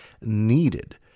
needed